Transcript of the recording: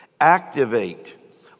activate